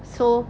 so